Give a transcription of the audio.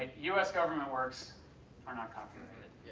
u s government works are not copyrighted.